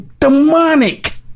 demonic